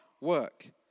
work